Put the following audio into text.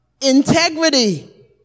integrity